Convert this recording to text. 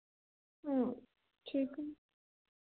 ठीक है